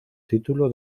título